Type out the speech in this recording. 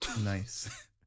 Nice